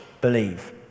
believe